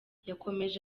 yakomeje